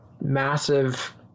massive